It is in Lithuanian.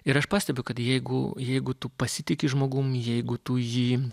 ir aš pastebiu kad jeigu jeigu tu pasitiki žmogum jeigu tu jį